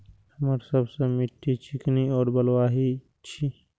हमर सबक मिट्टी चिकनी और बलुयाही छी?